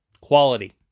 quality